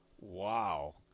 Wow